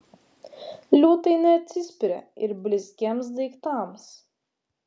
liūtai neatsispiria ir blizgiems daiktams